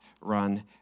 run